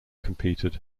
competed